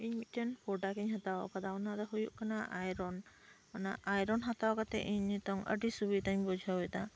ᱤᱧ ᱢᱤᱫ ᱴᱮᱱ ᱯᱨᱳᱰᱟᱠ ᱤᱧ ᱦᱟᱛᱟᱣ ᱟᱠᱟᱫᱟ ᱚᱱᱟ ᱫᱚ ᱦᱩᱭᱩᱜ ᱠᱟᱱᱟ ᱟᱭᱨᱚᱱ ᱚᱱᱟ ᱟᱭᱨᱚᱱ ᱦᱟᱛᱟᱣ ᱠᱟᱛᱮ ᱤᱧ ᱱᱤᱛᱚᱝ ᱟᱹᱰᱤ ᱥᱩᱵᱤᱫᱟᱹᱧ ᱵᱩᱡᱷᱟᱹᱣ ᱮᱫᱟ